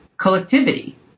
collectivity